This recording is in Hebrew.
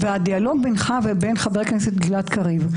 בדיאלוג בינך לבין חבר הכנסת גלעד קריב,